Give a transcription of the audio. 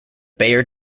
bayer